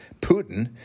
Putin